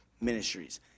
Ministries